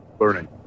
learning